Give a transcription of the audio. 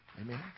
Amen